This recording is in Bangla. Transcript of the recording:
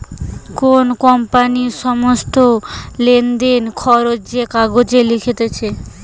কোন কোম্পানির সমস্ত লেনদেন, খরচ যে কাগজে লিখতিছে